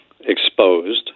exposed